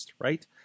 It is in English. right